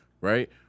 right